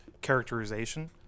characterization